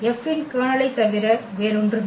F இன் கர்னலைத் தவிர வேறொன்றுமில்லை